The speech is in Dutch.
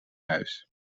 huis